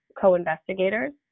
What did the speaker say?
co-investigators